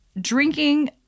drinking